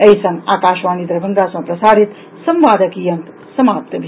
एहि संग आकाशवाणी दरभंगा सँ प्रसारित संवादक ई अंक समाप्त भेल